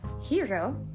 Hero